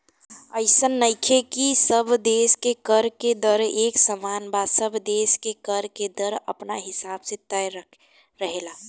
अइसन नइखे की सब देश के कर के दर एक समान बा सब देश के कर के दर अपना हिसाब से तय रहेला